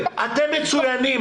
אתם מצוינים.